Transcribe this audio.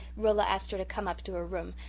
rilla asked her to come up to her room,